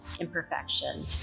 imperfection